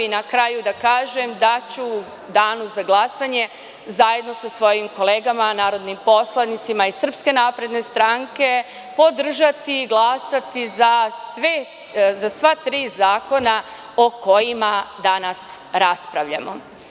Na kraju da kažem da ću u danu za glasanje zajedno sa svojim kolegamanarodnim poslanicima iz SNS podržati, glasati za sva tri zakona o kojima danas raspravljamo.